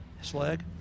Slag